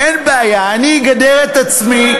אין בעיה, אני אגדר את עצמי,